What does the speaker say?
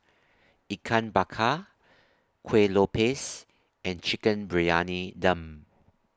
Ikan Bakar Kueh Lopes and Chicken Briyani Dum